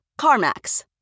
CarMax